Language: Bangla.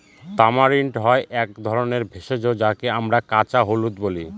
তামারিন্ড হয় এক ধরনের ভেষজ যাকে আমরা কাঁচা হলুদ বলি